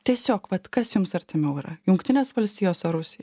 tiesiog vat kas jums artimiau yrajungtinės valstijos ar rusija